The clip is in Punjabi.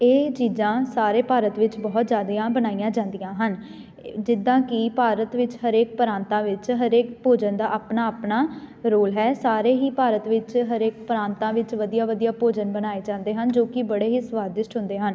ਇਹ ਚੀਜ਼ਾਂ ਸਾਰੇ ਭਾਰਤ ਵਿੱਚ ਬਹੁਤ ਜ਼ਿਆਦਾ ਬਣਾਈਆਂ ਜਾਂਦੀਆਂ ਹਨ ਜਿੱਦਾਂ ਕਿ ਭਾਰਤ ਵਿੱਚ ਹਰੇਕ ਪ੍ਰਾਂਤਾਂ ਵਿੱਚ ਹਰੇਕ ਭੋਜਨ ਦਾ ਆਪਣਾ ਆਪਣਾ ਰੋਲ ਹੈ ਸਾਰੇ ਹੀ ਭਾਰਤ ਵਿੱਚ ਹਰੇਕ ਪ੍ਰਾਂਤਾਂ ਵਿੱਚ ਵਧੀਆ ਵਧੀਆ ਭੋਜਨ ਬਣਾਏ ਜਾਂਦੇ ਹਨ ਜੋ ਕਿ ਬੜੇ ਹੀ ਸਵਾਦਿਸ਼ਟ ਹੁੰਦੇ ਹਨ